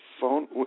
phone